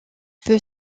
peut